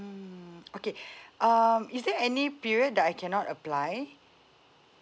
mm okay um is there any period that I cannot apply